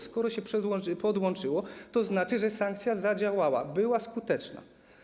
Skoro się podłączyło, to znaczy, że sankcja zadziałała, była skuteczna.